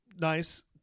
nice